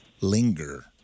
linger